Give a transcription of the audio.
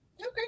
Okay